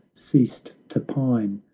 ceased to pine,